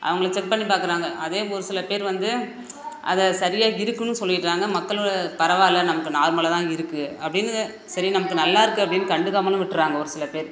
அவங்கள செக் பண்ணி பார்க்கறாங்க அதே ஒரு சில பேர் வந்து அதை சரியா இருக்குதுன்னும் சொல்லுறாங்க மக்களோடய பரவாயில்ல நமக்கு நார்மலாக தான் இருக்குது அப்படின்னு சரி நமக்கு நல்லாயிருக்கு அப்படின்னு கண்டுக்காமலும் விட்டுடுறாங்க ஒரு சில பேர்